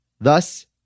Thus